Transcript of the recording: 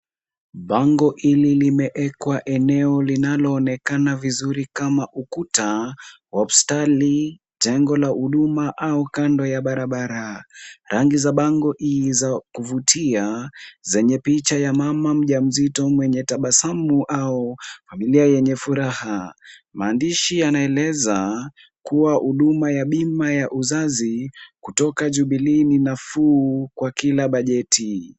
Bango hili limewekwa eneo linaloonekana vizuri kama ukuta, hospitali, jengo la huduma au kando ya barabara. Rangi za bango hii za vutia, zenye picha ya mama mjamzito mwenye tabasamu au familia yenye furaha. Maandishi yanaeleza kuwa huduma ya bima ya uzazi kutoka Jubilee ni nafuu kwa kila bajeti.